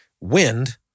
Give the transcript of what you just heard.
wind